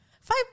five